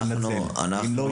אם לא, הוא יתנתק.